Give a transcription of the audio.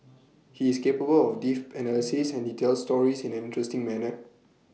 he is capable of deaf analysis and he tells stories in an interesting manner